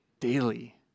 Daily